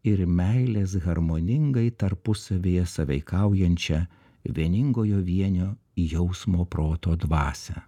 ir meilės harmoningai tarpusavyje sąveikaujančią vieningojo vienio jausmo proto dvasią